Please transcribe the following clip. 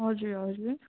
हजुर हजुर